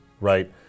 right